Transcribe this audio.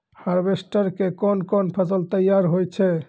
Harvester के कोन कोन फसल तैयार होय छै?